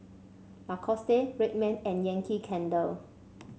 Lacoste Red Man and Yankee Candle